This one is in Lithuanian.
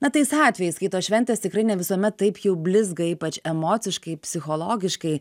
na tais atvejais kai tos šventės tikrai ne visuomet taip jau blizga ypač emociškai psichologiškai